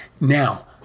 Now